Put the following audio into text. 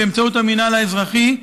באמצעות המינהל האזרחי,